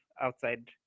outside